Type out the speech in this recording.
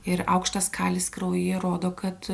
ir aukštas kalis kraujyje rodo kad